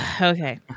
Okay